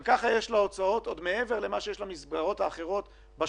הלא מתוקצבת יש הוצאות בשוטף מעבר למה שיש למסגרות האחרות המבנה,